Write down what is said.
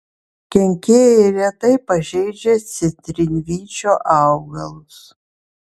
kenkėjai retai pažeidžia citrinvyčio augalus